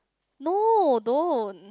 no don't